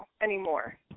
anymore